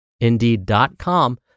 indeed.com